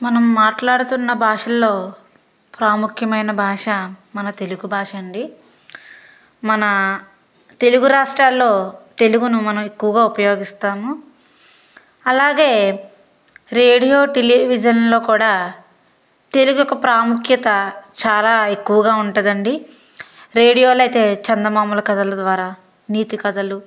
మనం మాట్లాడుతున్న భాషల్లో ప్రాముఖ్యమైన భాష మన తెలుగు భాష అండి మన తెలుగు రాష్ట్రాల్లో తెలుగును మనం ఎక్కువగా ఉపయోగిస్తాము అలాగే రేడియో టెలివిజన్లో కూడా తెలుగు ఒక ప్రాముఖ్యత చాలా ఎక్కువగా ఉంటదండి రేడియోలో అయితే చందమామల కథలు ద్వారా నీతి కథలు